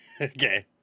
Okay